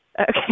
Okay